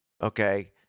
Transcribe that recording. Okay